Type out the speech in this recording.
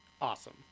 Awesome